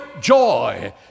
joy